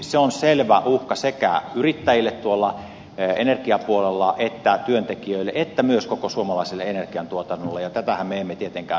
se on selvä uhka sekä yrittäjille tuolla energiapuolella että työntekijöille että myös koko suomalaiselle energiantuotannolle ja tätähän me emme tietenkään halua